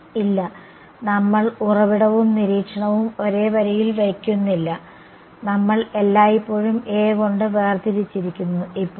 ഇല്ല നമ്മൾ ഉറവിടവും നിരീക്ഷണവും ഒരേ വരിയിൽ വയ്ക്കുന്നില്ല നമ്മൾ എല്ലായ്പ്പോഴും A കൊണ്ട് വേർതിരിച്ചിരിക്കുന്നു ഇപ്പോൾ